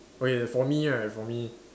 okay for me right for me